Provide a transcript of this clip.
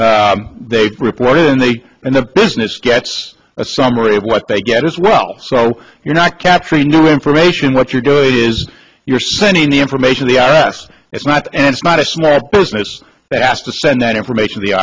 much they report and the business gets a summary of what they get as well so you're not capturing new information what you're doing is you're sending the information the i r s it's not and it's not a small business it's fast to send that information the